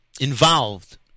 involved